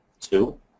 Two